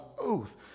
oath